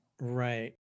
Right